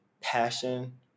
passion